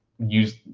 use